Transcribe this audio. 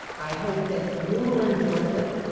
i hope that you will enjoy them,